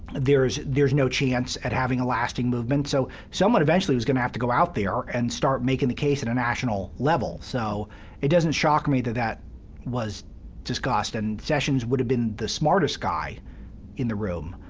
there's there's no chance at having a lasting movement. so someone eventually was going to have to go out there and start making the case at and level. so it doesn't shock me that that was discussed. and sessions would have been the smartest guy in the room.